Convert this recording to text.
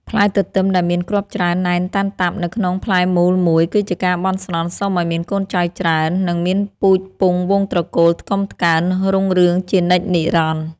ផ្លែទទឹមដែលមានគ្រាប់ច្រើនណែនតាន់តាប់នៅក្នុងផ្លែមូលមួយគឺជាការបន់ស្រន់សុំឱ្យមានកូនចៅច្រើន និង មានពូជពង្សវង្សត្រកូលថ្កុំថ្កើងរុងរឿងជានិច្ចនិរន្តរ៍។